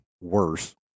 worse